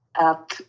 up